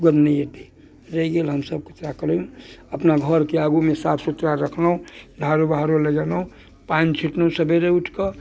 दुर्गन्ध नहि एतै रहि गेल हमसब कचरा करबै अपना घरके आगूमे साफ सुथरा रखलहुँ झाड़ू बहारू लगेलहुँ पानि छिटलहुँ सवेरे उठि कऽ